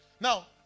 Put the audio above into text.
Now